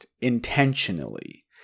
intentionally